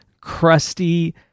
crusty